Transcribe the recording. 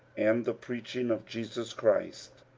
and the preaching of jesus christ,